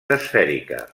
esfèrica